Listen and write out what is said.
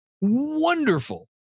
wonderful